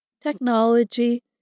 technology